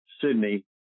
Sydney